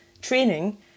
training